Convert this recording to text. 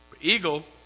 Eagle